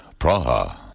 Praha